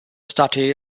study